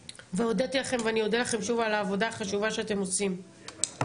והודיתי לכם ואני אודה לכם שוב על העבודה החשובה שאתם עושים באמת,